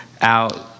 out